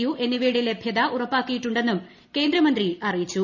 U എന്നിവയുടെ ലഭ്യത ഉറപ്പാക്കിയിട്ടുണ്ടെന്നും കേന്ദ്രമന്ത്രി അറിയിച്ചു